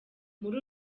muri